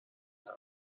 همه